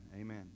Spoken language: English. Amen